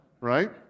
right